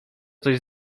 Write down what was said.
coś